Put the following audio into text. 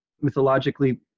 mythologically